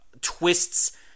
twists—